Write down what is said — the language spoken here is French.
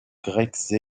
grecques